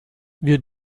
wir